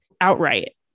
outright